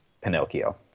Pinocchio